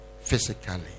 physically